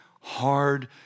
hard